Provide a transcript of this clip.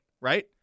right